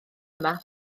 yma